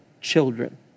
children